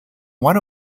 one